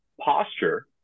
posture